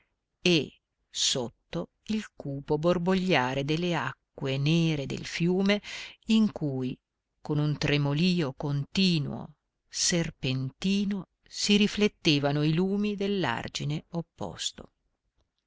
e sotto il cupo borbogliare delle acque nere del fiume in cui con un tremolio continuo serpentino si riflettevano i lumi dell'argine opposto